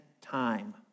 time